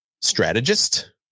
strategist